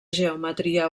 geometria